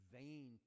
vain